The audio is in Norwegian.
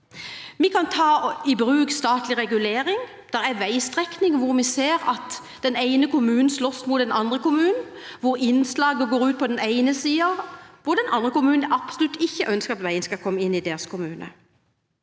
Vi kan ta i bruk statlig regulering. Det er veistrekninger der vi ser at den ene kommunen slåss mot den andre kommunen, hvor innslaget går ut på den ene siden og den andre kommunen absolutt ikke ønsker at veien skal komme inn i deres kommune.